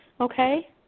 Okay